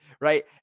right